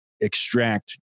extract